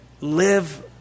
live